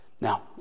Now